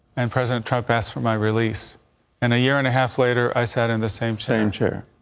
and president trump asked for my release and a year and a half later i sat in the same same chair.